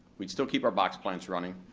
we'd still keep our box plants running.